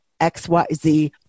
XYZ